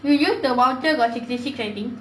you use the voucher got sixty six I think